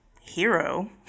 hero